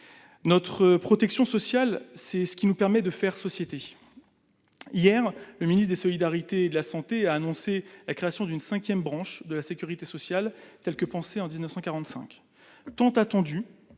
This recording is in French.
Notre protection sociale, c'est ce qui nous permet de faire société. Hier, le ministre des solidarités et de la santé a annoncé la création d'une cinquième branche de la sécurité sociale, telle qu'elle a été pensée en 1945. Attendu